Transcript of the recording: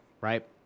Right